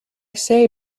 say